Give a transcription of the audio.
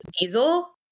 diesel